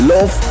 Love